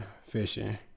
fishing